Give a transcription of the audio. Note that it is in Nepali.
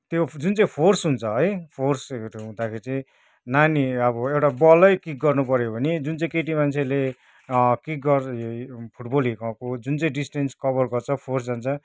त्यो जुन चाहिँ फोर्स हुन्छ है फोर्सहरू हुँदाखेरि चाहिँ नानी अब एउटा बलै किक गर्नु पऱ्यो भने जुन चाहिँ केटी मान्छेले किक गर फुटबल हिर्काएको जुन चाहिँ डिस्टेन्स कबर गर्छ फोर्स जान्छ